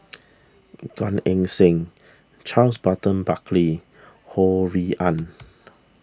Gan Eng Seng Charles Burton Buckley Ho Rui An